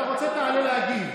אתה רוצה, תעלה להגיב.